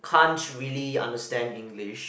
can't really understand English